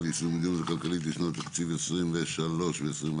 ליישום המדיניות הכלכלית לשנות התקציב 2023 ו-2024),